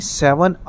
seven